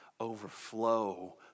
overflow